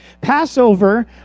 Passover